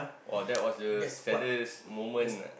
!wah! that was the saddest moment